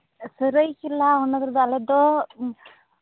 ᱥᱟᱹᱨᱟᱹᱭᱠᱮᱞᱟ ᱚᱱᱟ ᱠᱚᱨᱮᱫᱚ ᱟᱞᱮ ᱫᱚ